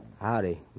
Howdy